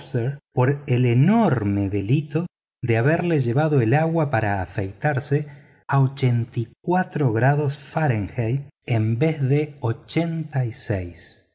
por el enorme delito de haberle llevado el agua para afeitarse a grados fahrenheit en vez de y